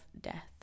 Death